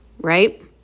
Right